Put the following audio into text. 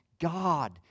God